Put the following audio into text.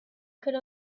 could